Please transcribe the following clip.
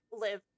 live